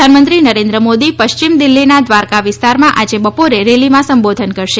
પ્રધાનમંત્રી નરેન્દ્ર મોદી પશ્ચિમ દિલ્હીના દ્વારકા વિસ્તારમાં આજે બપોરે રેલીમાં સંબોધન કરશે